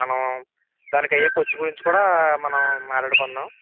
మనం దానికి అయ్యే ఖర్చు గురించి కూడా మనం మాట్లాడుకుందాం